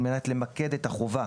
על מנת למקד את החובה,